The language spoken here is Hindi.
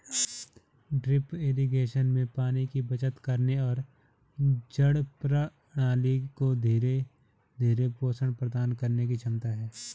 ड्रिप इरिगेशन में पानी की बचत करने और जड़ प्रणाली को धीरे धीरे पोषण प्रदान करने की क्षमता है